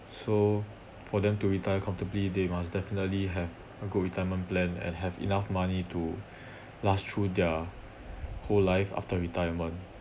so for them to retire comfortably they must definitely have a good retirement plan and have enough money to last through their whole life after retirement